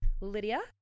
Lydia